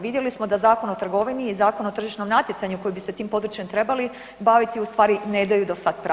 Vidjeli smo da Zakon o trgovini i Zakon o tržišnom natjecanju koji bi se tim područjem trebali baviti ustvari ne daju do sad pravi odgovor.